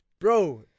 Bro